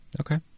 Okay